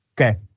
Okay